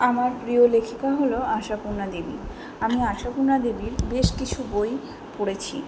আমার প্রিয় লেখিকা হলো আশাপূর্ণা দেবী আমি আশাপূর্ণা দেবীর বেশ কিছু বই পড়েছি